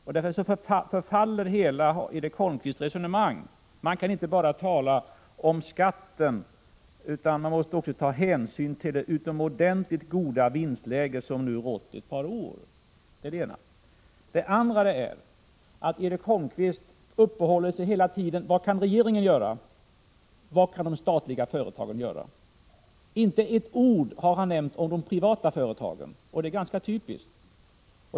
Således förfaller hela Erik Holmkvists resonemang. Man kan inte bara tala om skatter, utan man måste också ta hänsyn till det utomordentligt goda vinstläge som rått ett par år. Det är det ena. Det andra är att Erik Holmkvist hela tiden uppehåller sig vid frågan: Vad kan regeringen göra, och vad kan de statliga företagen göra? Inte ett ord nämner han om de privata företagen. Det är ganska typiskt.